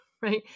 right